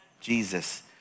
Jesus